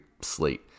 slate